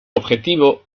objetivo